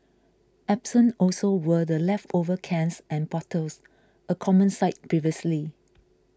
absent also were the leftover cans and bottles a common sight previously